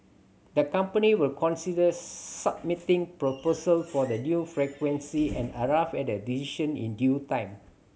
the company will consider submitting proposal for the new frequency and arrive at a decision in due time